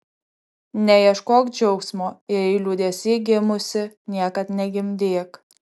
neieškok džiaugsmo jei liūdesy gimusi niekad negimdyk